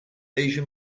asia